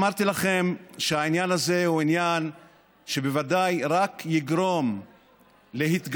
אמרתי לכם שהעניין הזה הוא עניין שבוודאי רק יגרום להתגשמותו